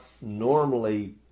normally